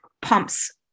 pumps